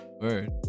Word